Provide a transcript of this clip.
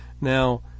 Now